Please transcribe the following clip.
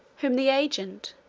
whom the agent,